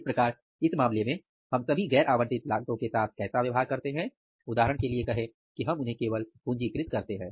इस प्रकार इस मामले में हम सभी गैर आवंटित लागतों के साथ कैसा व्यवहार करते हैं उदाहरण के लिए कहें कि हम केवल उन्हें पूंजीकृत करते हैं